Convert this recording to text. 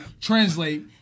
translate